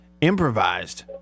improvised